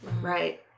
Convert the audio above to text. Right